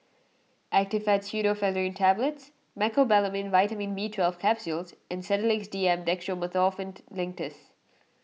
Actifed Pseudoephedrine Tablets Mecobalamin Vitamin B Twelve Capsules and Sedilix D M Dextromethorphan Linctus